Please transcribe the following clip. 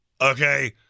okay